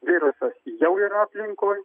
virusas jau yra aplinkoj